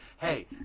hey